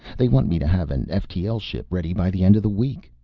they want me to have an ftl ship ready by the end of the week!